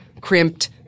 crimped